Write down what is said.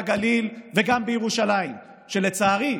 בגליל וגם בירושלים, שלצערי,